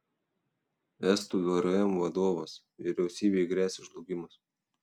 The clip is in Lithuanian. estų vrm vadovas vyriausybei gresia žlugimas